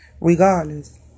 regardless